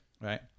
right